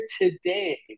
today